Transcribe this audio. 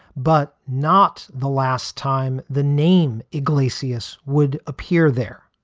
but not the last time the name iglesias would appear there,